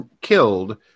killed